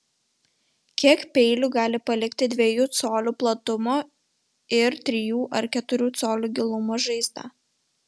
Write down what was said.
kiek peilių gali palikti dviejų colių platumo ir trijų ar keturių colių gilumo žaizdą